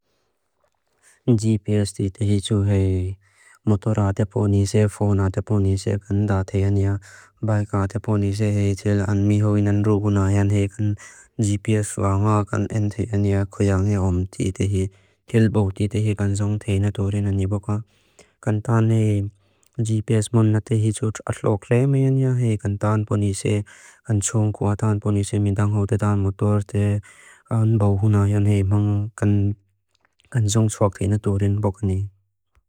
G.P.S. ti te hi tsu hei motora te poni se, phonea te poni se kan nda te ian ia, bikea te poni se hei til an mi ho i nan ru guna ian hei kan G.P.S. fa'a nga kan enti ian ia ko ian hei om ti te hi kil bo ti te hi kan zong te ian tori na ni boka. Kan ta'an hei G.P.S. mona te hi tsu atlo'o klema ian ia hei kan ta'an poni se kan tso'n kua ta'an poni se mi nda'ng ho te ta'an motora te an bo'o huna ian hei mang kan zong tso'a ki na tori na boka ni.